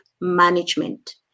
management